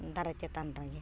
ᱫᱟᱨᱮ ᱪᱮᱛᱟᱱ ᱨᱮᱜᱮ